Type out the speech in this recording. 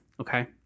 okay